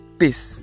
peace